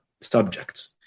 subjects